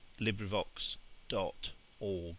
LibriVox.org